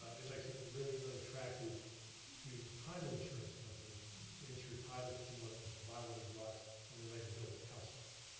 it makes it really unattractive to a title insurance company to insure a title for someone that wants to buy one of these lots and then later build a house on it.